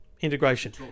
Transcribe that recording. integration